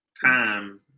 time